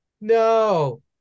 no